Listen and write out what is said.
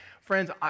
Friends